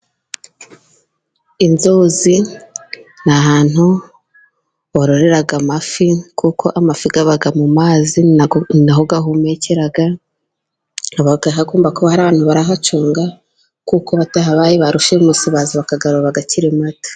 Inzuzi ni ahantu warorera amafi . Kuko amafi aba mu mazi ninaho ahumekera, agomba kuba hari abantu barahacunga kuko batahabaye barushimusi baza bakayarura akiri mato.